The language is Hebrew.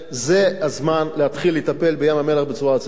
זה הזמן להתחיל לטפל בים-המלח בצורה רצינית,